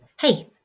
hey